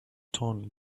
torn